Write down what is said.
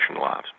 lives